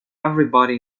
everybody